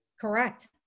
Correct